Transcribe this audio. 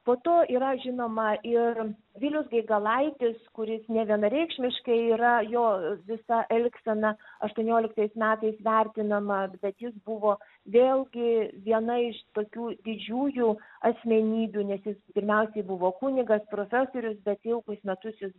po to yra žinoma ir vilius gaigalaitis kuris nevienareikšmiškai yra jo visa elgsena aštuonioliktais metais vertinamas bet jis buvo vėlgi viena iš tokių didžiųjų asmenybių nes jis pirmiausiai buvo kunigas profesorius bet ilgus metus jis